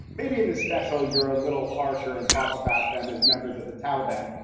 maybe in this special, you're a little harsher and talk about them as members of the taliban.